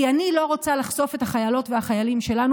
כי אני לא רוצה לחשוף את החיילות והחיילים שלנו